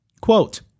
Quote